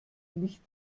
nicht